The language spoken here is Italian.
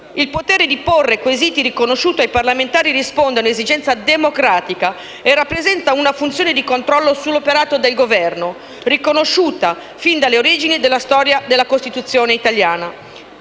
Il potere di porre quesiti riconosciuto ai parlamentari risponde ad un'esigenza democratica e rappresenta una funzione di controllo sull'operato del Governo, riconosciuta fin dalle origini della storia della Costituzione italiana.